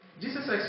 Jesus